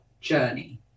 journey